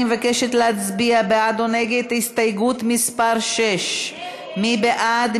אני מבקשת להצביע בעד או נגד הסתייגות מס' 6. מי בעד?